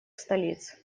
столиц